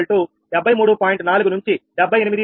4 నుంచి 78